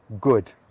good